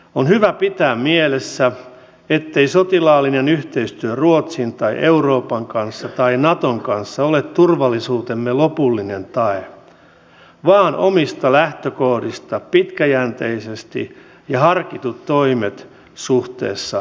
on hyvä pitää mielessä ettei sotilaallinen yhteistyö ruotsin tai euroopan kanssa tai naton kanssa ole turvallisuutemme lopullinen tae vaan omista lähtökohdista pitkäjänteisesti harkitut toimet suhteessa venäjään